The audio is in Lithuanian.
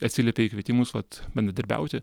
atsiliepia į kvietimus vat bendradarbiauti